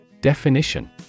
Definition